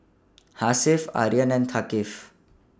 Hasif Aryan and Thaqif